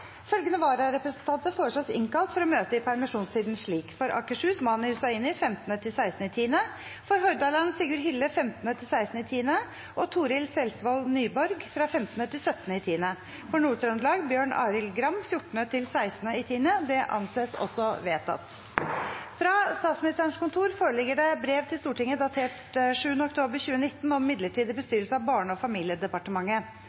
Følgende vararepresentanter innkalles for å møte i permisjonstiden slik: For Akershus: Mani Hussaini 15.–16. oktober For Hordaland: Sigurd Hille 15.–16. oktober og Torill Selsvold Nyborg 15.–17. oktober For Nord-Trøndelag: Bjørn Arild Gram 14.–16. oktober Fra Statsministerens kontor foreligger det brev til Stortinget, datert 7. oktober 2019, om midlertidig